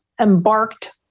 embarked